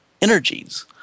energies